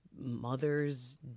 Mothers